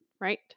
right